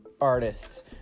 artists